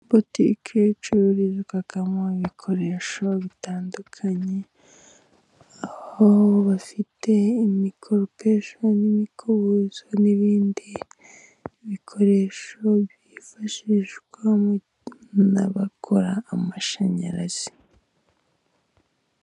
Botiki icururizwamo bikoresho bitandukanye, aho bafite imikoropesho n'imikobuzo n'ibindi bikoresho byifashishwa n'abakora amashanyarazi.